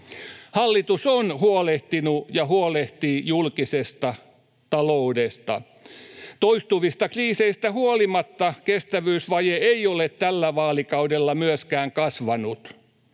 Hallitus on huolehtinut ja huolehtii julkisesta taloudesta. Toistuvista kriiseistä huolimatta kestävyysvaje ei ole tällä vaalikaudella myöskään kasvanut.